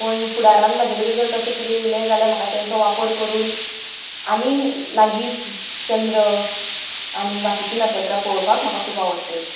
पूण फुडारांत म्हाजे कडेन जर तशें कितें येलें जाल्यार म्हाका तेंचो वापर करून आनी लागीं चंद्र आनी बाकिचीं नखेत्रां पळोवपाक म्हाका खूब आवडटलें